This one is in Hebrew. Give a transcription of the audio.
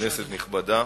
כנסת נכבדה,